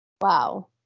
Wow